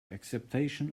acceptation